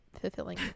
fulfilling